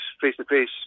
face-to-face